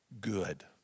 good